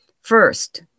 First